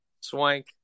Swank